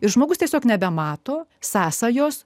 ir žmogus tiesiog nebemato sąsajos